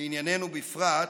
לענייננו בפרט,